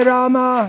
Rama